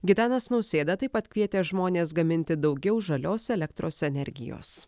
gitanas nausėda taip pat kvietė žmones gaminti daugiau žalios elektros energijos